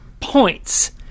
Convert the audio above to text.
points